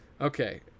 okay